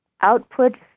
output